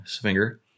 finger